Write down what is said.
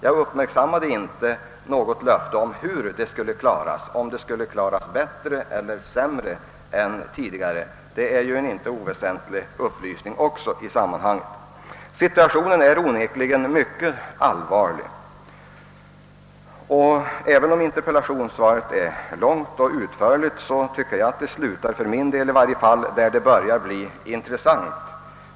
Jag uppmärksammade inte något löfte hur det skulle klaras — om det skulle klaras bättre eller sämre än tidigare; det hade varit en i sammanhanget inte oväsentlig upplysning. Situationen är onekligen mycket allvarlig, och även om interpellationssvaret är långt och utförligt, tycker jag att det slutar där det börjar bli intressant.